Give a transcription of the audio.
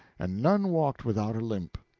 and none walked without a limp.